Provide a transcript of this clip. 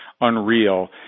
unreal